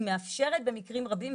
היא מאפשרת במקרים רבים,